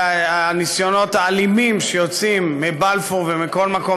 בניסיונות האלימים שיוצאים מבלפור ומכל מקום